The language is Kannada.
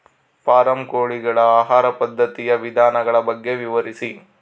ಫಾರಂ ಕೋಳಿಗಳ ಆಹಾರ ಪದ್ಧತಿಯ ವಿಧಾನಗಳ ಬಗ್ಗೆ ವಿವರಿಸಿ?